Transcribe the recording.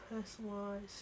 personalized